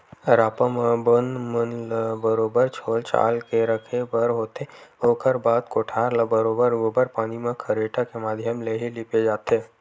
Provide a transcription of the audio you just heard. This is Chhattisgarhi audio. रापा म बन मन ल बरोबर छोल छाल के रखे बर होथे, ओखर बाद कोठार ल बरोबर गोबर पानी म खरेटा के माधियम ले ही लिपे जाथे